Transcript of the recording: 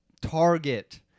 target